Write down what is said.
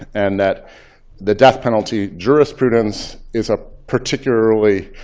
and that the death penalty jurisprudence is a particularly